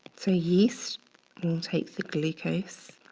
so yeast will take the glucose